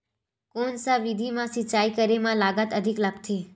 कोन सा विधि म सिंचाई करे म लागत अधिक लगथे?